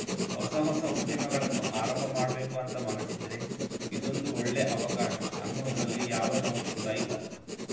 ಹೊಸ ಹೊಸ ಉದ್ಯಮಗಳನ್ನ ಆರಂಭ ಮಾಡ್ಬೇಕು ಅಂತ ಮನಸಿದ್ರೆ ಇದೊಂದು ಒಳ್ಳೇ ಅವಕಾಶ ಅನ್ನೋದ್ರಲ್ಲಿ ಯಾವ ಡೌಟ್ ಕೂಡಾ ಇಲ್ಲ